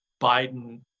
Biden